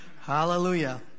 hallelujah